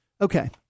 Okay